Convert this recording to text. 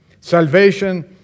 Salvation